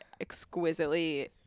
exquisitely